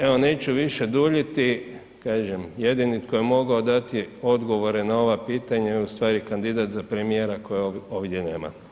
Evo neću više duljiti, kažem, jedini koji je mogao dati odgovore na ova pitanja je ustvari kandidat za premijera kojeg ovdje nema.